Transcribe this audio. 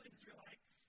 Israelites